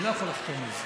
אני לא יכול לחתום על זה.